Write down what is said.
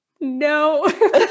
no